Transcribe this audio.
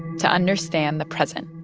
to understand the present